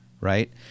right